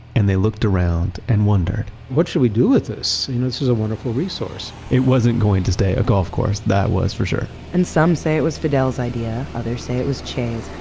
and they looked around and wondered what should we do with this? you know, this is a wonderful resource it wasn't going to stay a golf course, that was for sure and some say it was fidel's idea, others say it was che's,